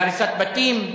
להריסת בתים,